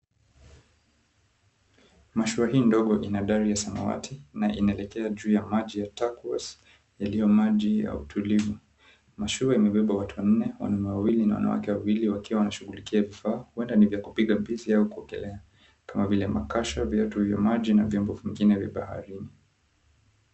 Mashua hii ndogo ina dari ya samawati na inaelekea juu ya maji ya "Tarcos" yaliyo maji ya utulivu. Mashua imebeba watu wanne, wanaume wawili na wanawake wawili wakiwa wanashughulikia vifaa huenda ni vya kupiga mbizi au vya kuogelea kama vile; makasha, viatu vya maji na vyombo vingine vya baharini.